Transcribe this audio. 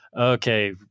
okay